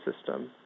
system